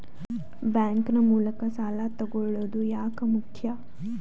Bank ನ ಮೂಲಕ ಸಾಲ ತಗೊಳ್ಳೋದು ಯಾಕ ಮುಖ್ಯ?